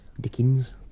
Dickens